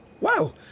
Wow